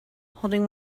holding